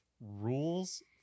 rules